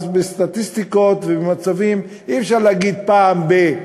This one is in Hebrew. אז בסטטיסטיקות ובמצבים, אי-אפשר להגיד פעם ב-.